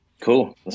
Cool